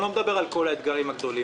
אני לא מדבר על כל האתגרים הגדולים,